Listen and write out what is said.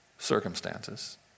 circumstances